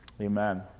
Amen